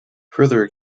further